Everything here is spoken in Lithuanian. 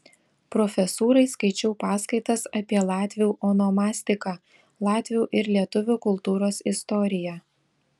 profesūrai skaičiau paskaitas apie latvių onomastiką latvių ir lietuvių kultūros istoriją